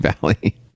Valley